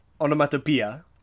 onomatopoeia